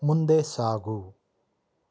ಮುಂದೆ ಸಾಗು